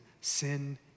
sin